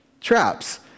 traps